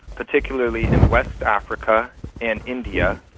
particularly in west africa and india,